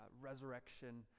resurrection